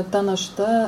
ta našta